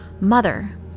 mother